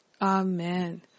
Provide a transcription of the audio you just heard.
Amen